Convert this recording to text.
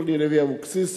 אורלי לוי אבקסיס,